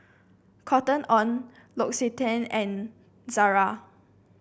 Cotton On L'Occitane and Zara